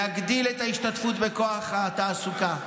תגדיל את ההשתתפות בכוח התעסוקה,